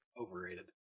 Overrated